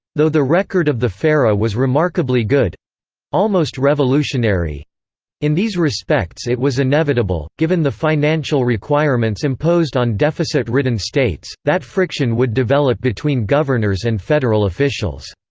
though the record of the fera was remarkably good almost revolutionary in these respects it was inevitable, given the financial requirements imposed on deficit-ridden states, that friction would develop between governors and federal officials